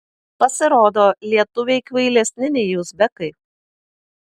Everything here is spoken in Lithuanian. pasirodo lietuviai kvailesni nei uzbekai